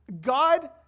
God